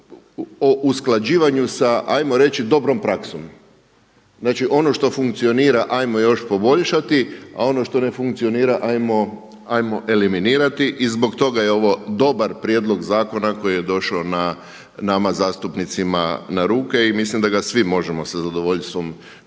o usklađivanju sa ajmo reći dobrom praksom. Znači ono što funkcionira ajmo još poboljšati a ono što ne funkcionira ajmo eliminirati i zbog toga je ovo dobar prijedlog zakona koji je došao nama zastupnicima na ruke i mislim da ga svi možemo sa zadovoljstvom podržati.